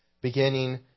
beginning